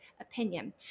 opinion